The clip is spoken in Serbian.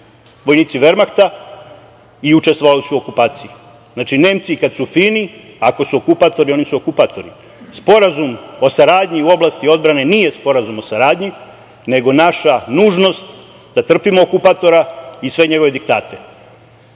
vojnici Vermahta i učestvovali u okupaciji. Znači, Nemci i kada su fini ako su okupatori, oni su okupatori. Sporazum o saradnji u oblasti odbrane nije sporazum o saradnji, nego naša nužnost da trpimo okupatora i sve njegove diktate. Ono